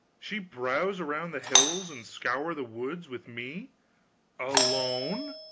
she browse around the hills and scour the woods with me alone